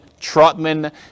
Trotman